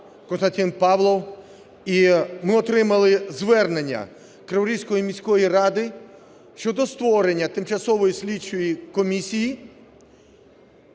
Костянтин Павлов. І ми отримали звернення Криворізької міської ради щодо створення Тимчасової слідчої комісії